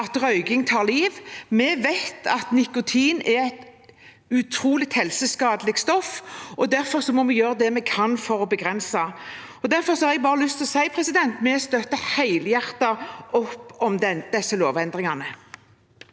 at røyking tar liv, vi vet at nikotin er et utrolig helseskadelig stoff, og derfor må vi gjøre det vi kan for å begrense det. Derfor har jeg bare lyst til å si at vi støtter helhjertet opp om disse lovendringene.